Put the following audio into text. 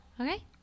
Okay